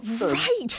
Right